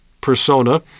persona